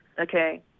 okay